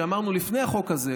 לפני החוק הזה,